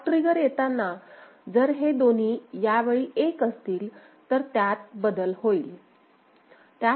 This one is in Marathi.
क्लॉक ट्रिगर येताना जर हे दोन्ही यावेळी 1 असतील तर त्यात बदल होईल